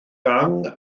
gang